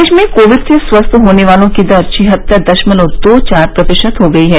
देश में कोविड से स्वस्थ होने वालों की दर छिहत्तर दशमलव दो चार प्रतिशत हो गई है